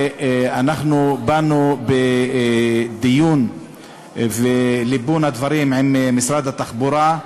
אנחנו באנו בדיון וליבון הדברים עם משרד התחבורה.